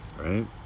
right